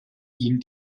ihm